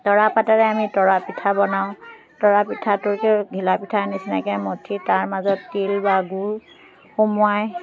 তৰা পাতেৰে আমি তৰাপিঠা বনাওঁ তৰাপিঠাটোকে ঘিলা পিঠাৰ নিচিনাকৈ মথি তাৰ মাজত তিল বা গুৰ সুমুৱাই